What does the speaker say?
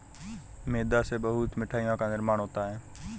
मैदा से बहुत से मिठाइयों का निर्माण होता है